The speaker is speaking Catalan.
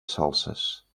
salses